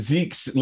Zeke's